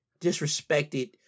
disrespected